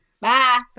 Bye